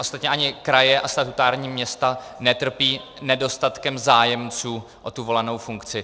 Ostatně ani kraje a statutární města netrpí nedostatkem zájemců o volenou funkci.